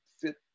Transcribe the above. fit